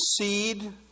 seed